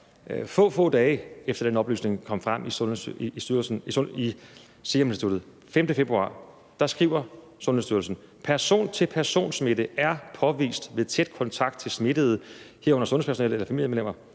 få, få dage efter at den oplysning kom frem på Seruminstituttet, skriver Sundhedsstyrelsen: Person til person-smitte er påvist ved tæt kontakt til smittede, herunder sundhedspersonale eller familiemedlemmer.